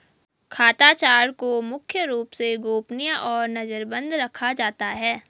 खाता चार्ट को मुख्य रूप से गोपनीय और नजरबन्द रखा जाता है